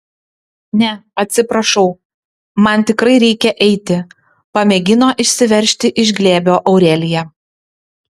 ne atsiprašau man tikrai reikia eiti pamėgino išsiveržti iš glėbio aurelija